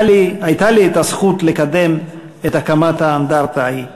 הייתה לי הזכות לקדם את הקמת האנדרטה ההיא.